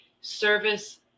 service